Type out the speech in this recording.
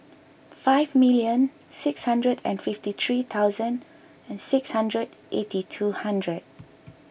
five million six hundred and fifty three thousand and six hundred eighty two hundred